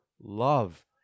love